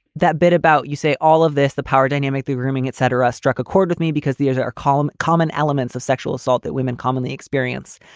that bit about you say all of this, the power dynamic, the grooming, et cetera, struck a chord with me because there's a column, common elements of sexual assault that women commonly experience.